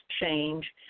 change